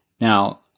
Now